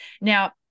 Now-